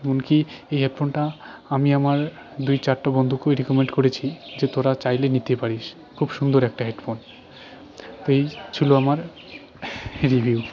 এমনকি এই হেডফোনটা আমি আমার দুই চারটে বন্ধুকেও রেকমেণ্ড করেছি যে তোরা চাইলে নিতে পারিস খুব সুন্দর একটা হেডফোন তো এই ছিল আমার রিভিউ